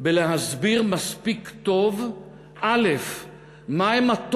בלהסביר מספיק טוב מה הן, א.